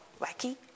wacky